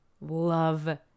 love